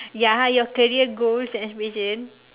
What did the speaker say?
ya your career goals and aspiration